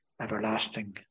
everlasting